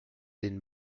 den